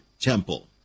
temple